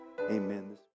Amen